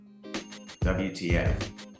WTF